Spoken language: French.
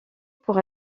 pour